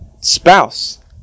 spouse